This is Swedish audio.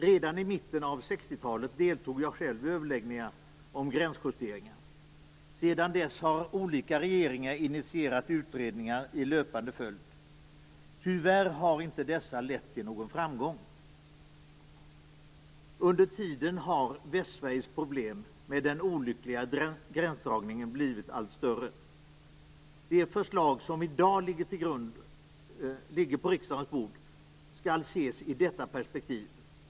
Redan i mitten av 60-talet deltog jag själv i överläggningar om gränsjusteringar. Sedan dess har olika regeringar initierat utredningar i löpande följd. Tyvärr har inte dessa lett till någon framgång. Under tiden har Västsveriges problem med den olyckliga gränsdragningen blivit allt större. Det förslag som i dag ligger på riksdagens bord skall ses i detta perspektiv.